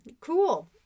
cool